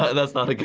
ah that's not like